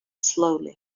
slowly